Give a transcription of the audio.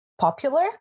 popular